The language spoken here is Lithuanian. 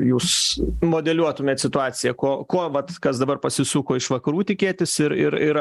jūs modeliuotumėt situaciją ko kuo vat kas dabar pasisuko iš vakarų tikėtis ir ir ir